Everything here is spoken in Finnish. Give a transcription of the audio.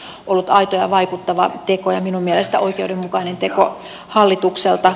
se on ollut aito ja vaikuttava teko ja minun mielestäni oikeudenmukainen teko hallitukselta